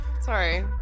Sorry